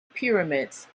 pyramids